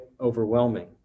overwhelming